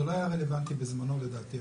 זה לא היה רלוונטי בזמנו, לדעתי.